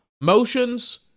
motions